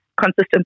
consistent